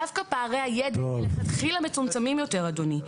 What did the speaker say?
דווקא פערי הידע מלכתחילה מצומצמים יותר, אדוני.